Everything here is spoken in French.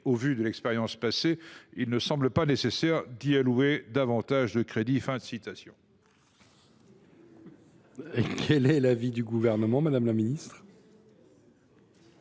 au vu de l’expérience passée, il ne semble pas nécessaire d’y allouer davantage de crédits.